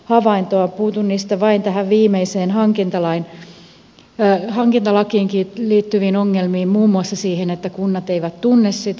puutun niistä vain tähän viimeiseen hankintalakiinkin liittyviin ongelmiin muun muassa siihen että kunnat eivät tunne sitä